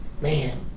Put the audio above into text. Man